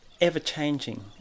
ever-changing